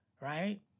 right